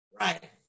right